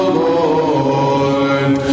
lord